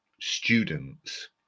students